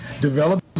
develop